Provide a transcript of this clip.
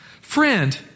friend